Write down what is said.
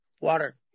Water